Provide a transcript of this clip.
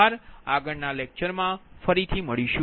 આભાર અમે ફરીથી આવીશું